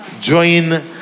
Join